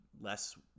less